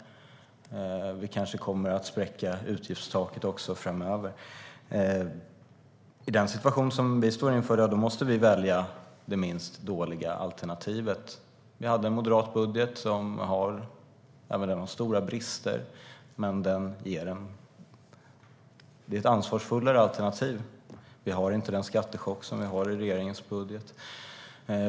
Utgiftstaket kanske också kommer att spräckas framöver. I den situationen måste vi välja det minst dåliga alternativet. Även den moderata budgeten har stora brister, men den är ett ansvarsfullare alternativ. Den innebär inte den skattechock som regeringens budget gör.